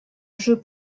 jeu